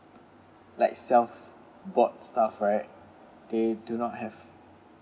like self bought stuff right they do not have